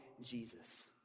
Jesus